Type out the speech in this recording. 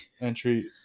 entry